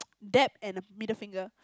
dab and a middle finger